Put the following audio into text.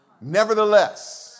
nevertheless